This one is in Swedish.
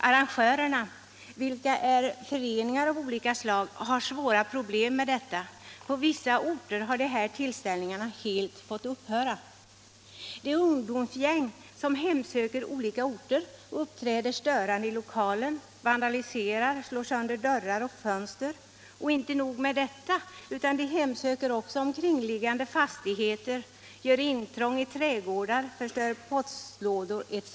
Arrangörerna, vilka är föreningar av olika slag, har svåra problem med detta. På vissa orter har de här tillställningarna helt fått upphöra. Det är ungdomsgäng som hemsöker olika orter, där de uppträder störande i lokaler och vandaliserar. De slår sönder dörrar och fönster, och inte nog med detta: de hemsöker också omkringliggande fastigheter och gör intrång i trädgårdar, förstör postlådor etc.